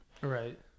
Right